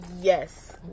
yes